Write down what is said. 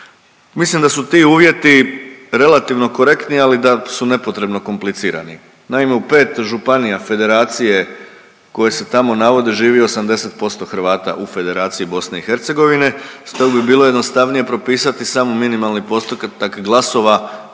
mislim da su ti uvjeti relativno korektni, ali da su nepotrebno komplicirani. Naime, u 5 županija Federacije koje se tamo navode živi 80% Hrvata u Federaciji BiH, stog bi bilo jednostavnije propisati samo minimalni postotak glasova koji